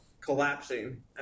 collapsing